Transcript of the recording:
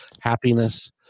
happiness